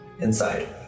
Inside